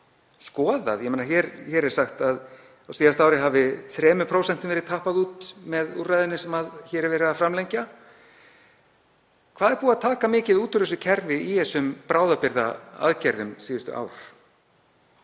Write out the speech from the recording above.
að tappa af honum. Hér er sagt að á síðasta ári hafi 3% verið tappað út með úrræðinu sem hér er verið að framlengja. Hvað er búið að taka mikið út úr þessu kerfi í þessum bráðabirgðaaðgerðum síðustu ár?